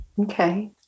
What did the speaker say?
Okay